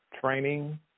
training